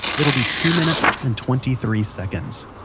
it'll be two minutes and twenty three seconds